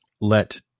let